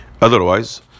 Otherwise